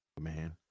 Man